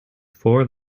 four